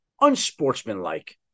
unsportsmanlike